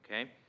okay